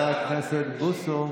חבר הכנסת בוסו.